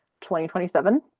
2027